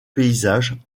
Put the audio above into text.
paysages